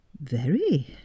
Very